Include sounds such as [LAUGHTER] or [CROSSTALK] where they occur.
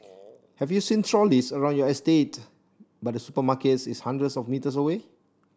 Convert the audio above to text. [NOISE] have you seen trolleys around your estate but the supermarket is hundreds of metres away